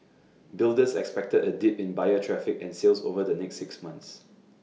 builders expected A dip in buyer traffic and sales over the next six months